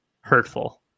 hurtful